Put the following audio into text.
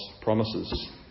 promises